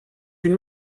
une